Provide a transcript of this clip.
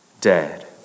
dead